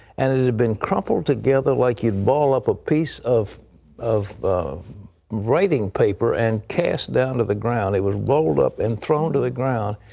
and it it had been crumpled together like you ball up a piece of of writing paper, and cast down to the ground. it was rolled up and thrown to the ground.